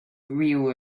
reel